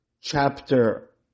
chapter